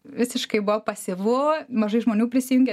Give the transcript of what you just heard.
visiškai buvo pasyvu mažai žmonių prisijungė